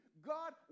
God